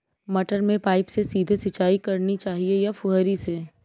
मटर में पाइप से सीधे सिंचाई करनी चाहिए या फुहरी से?